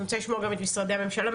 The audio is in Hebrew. אני רוצה לשמוע גם את משרדי הממשלה,